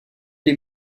les